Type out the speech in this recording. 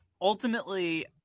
Ultimately